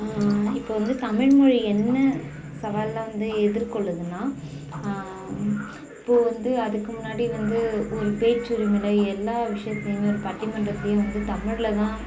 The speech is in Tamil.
இப்போ வந்து தமிழ் மொழி என்ன சவால்லாம் வந்து எதிர்கொள்ளுதுன்னா இப்போது வந்து அதுக்கு முன்னாடி வந்து ஒரு பேச்சுரிமையில் எல்லா விஷயத்திலயுமே ஒரு பட்டி மன்றத்துலயும் வந்து தமிழ்லதான்